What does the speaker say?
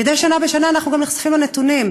מדי שנה בשנה אנחנו גם נחשפים לנתונים.